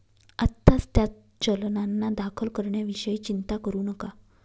आत्ताच त्या चलनांना दाखल करण्याविषयी चिंता करू नका